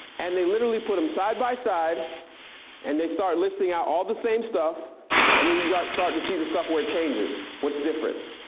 and they literally put them side by side and they start listing out all the same stuff and then you start to see the stuff where it changes. what's different.